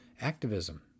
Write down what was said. Activism